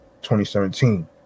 2017